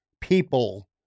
people